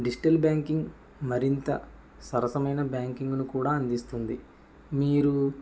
digital banking మరింత సరసమయిన banking ను కూడా అందిస్తుంది మీరు